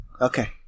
Okay